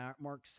Mark